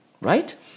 right